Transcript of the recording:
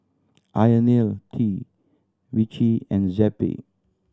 Ionil T Vichy and Zappy